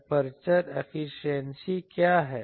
aperture efficiency क्या है